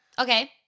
Okay